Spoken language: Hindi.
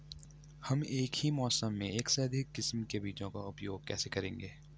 हम एक ही मौसम में एक से अधिक किस्म के बीजों का उपयोग कैसे करेंगे?